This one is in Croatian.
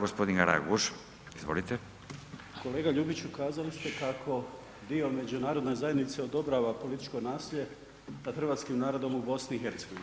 Gospodine Ljubić kazali ste kako dio Međunarodne zajednice odobrava političko nasilje nad Hrvatskim narodom u BiH.